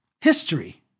history